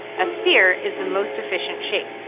a sphere is the most efficient shape.